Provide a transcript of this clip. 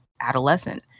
adolescent